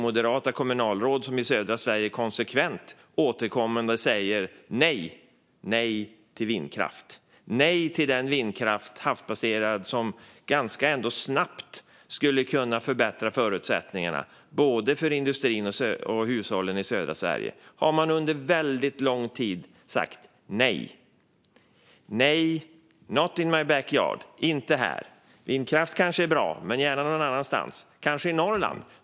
Moderata kommunalråd i södra Sverige säger nej till den havsbaserade vindkraft som ganska snabbt skulle kunna förbättra förutsättningarna för industrin och hushållen i södra Sverige. Man har sagt nej under väldigt lång tid: Not in my backyard, inte här! Vindkraft kanske är bra, men gärna någon annanstans - kanske i Norrland?